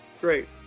Great